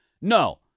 No